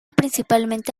principalmente